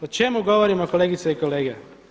O čemu govorimo kolegice i kolege?